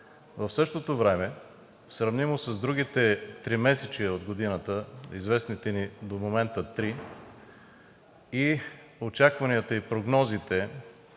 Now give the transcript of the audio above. В същото време, сравнимо с другите тримесечия от годината, известните ни до момента три, очакванията и прогнозите